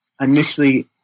initially